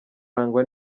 arangwa